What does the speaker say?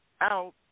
out